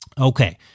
Okay